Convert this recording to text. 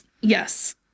Yes